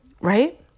right